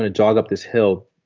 to talk up this hill